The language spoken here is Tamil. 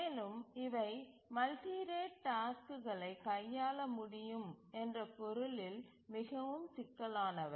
மேலும் இவை மல்டி ரேட் டாஸ்க்குகளை கையாள முடியும் என்ற பொருளில் மிகவும் சிக்கலானவை